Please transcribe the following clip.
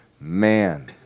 man